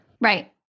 right